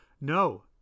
No